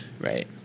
right